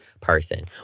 person